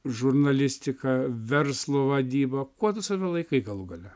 žurnalistiką verslo vadybą kuo tu save laikai galų gale